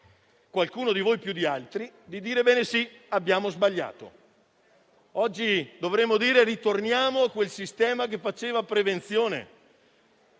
(qualcuno di voi più di altri) di dire: abbiamo sbagliato. Oggi dovremmo dire: ritorniamo a quel sistema che faceva prevenzione.